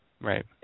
Right